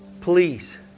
Please